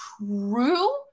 true